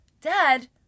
Dad